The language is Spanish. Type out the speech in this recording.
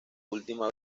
última